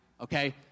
okay